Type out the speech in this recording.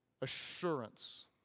assurance